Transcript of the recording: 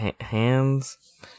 hands